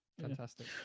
Fantastic